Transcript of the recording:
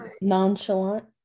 Nonchalant